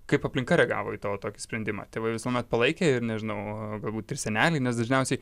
kaip aplinka reagavo į tavo tokį sprendimą tėvai visuomet palaikė ir nežinau galbūt ir seneliai nes dažniausiai